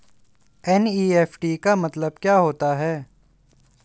NEFT का मतलब क्या होता है?